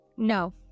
No